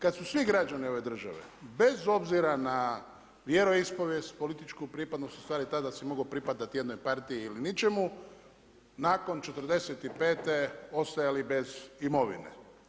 Kad su svi građani ove države bez obzira na vjeroispovijest, političku pripadnost ustvari tada si mogao pripadati jednoj partiji ili ničemu, nakon '45. ostajali bez imovine.